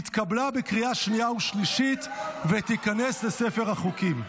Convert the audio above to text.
התקבלה בקריאה שנייה ושלישית, ותיכנס לספר החוקים.